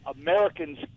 Americans